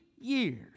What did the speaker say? years